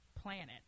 planet